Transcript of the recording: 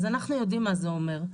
אנחנו יודעים מה זה אומר.